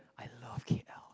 I love K_L